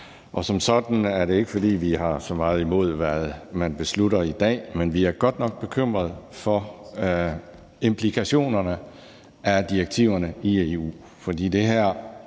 Som sådan er det ikke, fordi vi har så meget imod, hvad man beslutter i dag, men vi er godt nok bekymrede for implikationerne af direktiverne i EU.